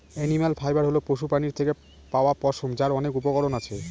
animal fibre হল পশুপ্রাণীর থেকে পাওয়া পশম, যার অনেক উপকরণ আছে